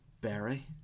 berry